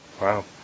Wow